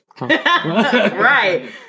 Right